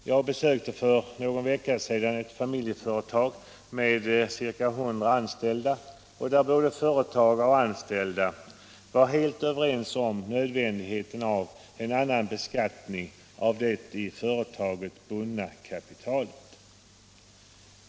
Jag besökte för någon vecka sedan ett familjeföretag med ett hundratal anställda, där både företagare och anställda var helt överens om nödvändigheten av en annan beskattning av det i företaget bundna kapitalet.